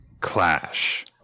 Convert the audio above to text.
clash